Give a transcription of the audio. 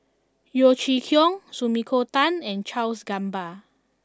Yeo Chee Kiong Sumiko Tan and Charles Gamba